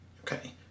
Okay